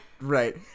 right